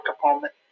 component